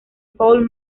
paul